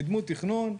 קידמו תכנון,